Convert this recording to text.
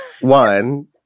One